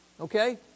okay